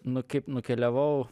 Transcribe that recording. nu kaip nukeliavau